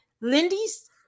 Lindy's